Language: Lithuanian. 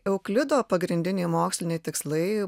euklido pagrindiniai moksliniai tikslai